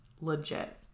Legit